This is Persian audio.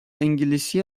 انگلیسی